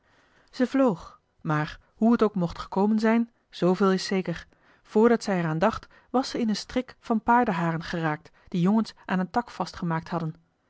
zij vloog maar hoe het ook mocht gekomen zijn zoo veel is zeker voordat zij er aan dacht was zij in een strik van paardenharen geraakt die jongens aan een tak vastgemaakt hadden